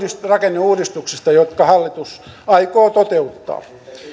rakenneuudistuksista jotka hallitus aikoo toteuttaa